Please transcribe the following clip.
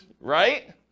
right